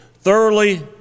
thoroughly